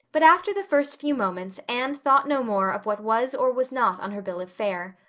but after the first few moments anne thought no more of what was or was not on her bill of fare.